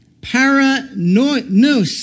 paranoia